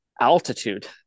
altitude